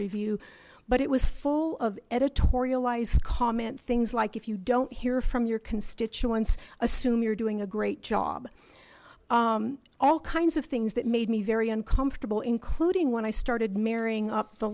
review but it was full of editorialized comment things like if you don't hear from your constituents assume you're doing a great job all kinds of things that made me very uncomfortable including when i started marrying up the